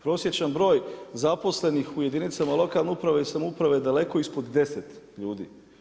Prosječni broj zaposlenih u jedinicama lokalne uprave i samouprave je daleko ispod 10 ljudi.